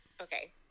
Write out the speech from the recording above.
okay